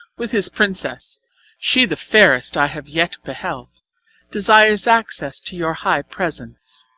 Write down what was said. with his princess she the fairest i have yet beheld desires access to your high presence.